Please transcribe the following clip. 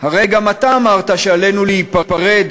מה אתם הייתם עושים במקומי?